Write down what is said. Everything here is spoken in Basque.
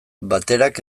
baterak